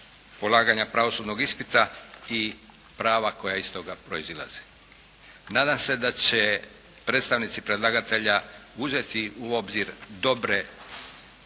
polaganja pravosudnog ispita i prava koja iz toga proizlaze. Nadam se da će predstavnici predlagatelja uzeti u obzir dobre